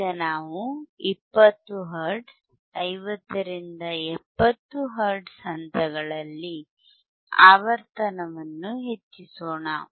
ಈಗ ನಾವು 20 ಹರ್ಟ್ಜ್ 50 ರಿಂದ 70 ಹರ್ಟ್ಜ್ ಹಂತಗಳಲ್ಲಿ ಆವರ್ತನವನ್ನು ಹೆಚ್ಚಿಸೋಣ